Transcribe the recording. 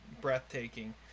breathtaking